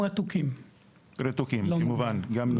רתוקים, כמובן, גם.